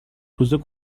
روز